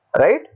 right